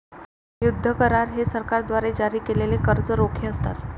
युद्ध करार हे सरकारद्वारे जारी केलेले कर्ज रोखे असतात